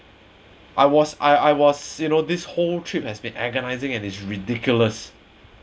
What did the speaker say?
I was I I was you know this whole trip has been agonising and is ridiculous